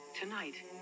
tonight